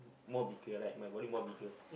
more bigger right my body more bigger